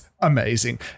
amazing